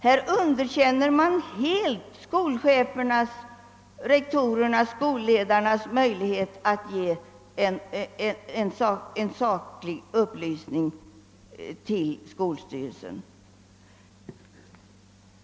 Här underkänner man helt skolchefernas, rektorernas, skolledarnas möjlighet att ge skolstyrelsen saklig upplysning.